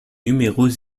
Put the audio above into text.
numéros